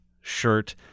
shirt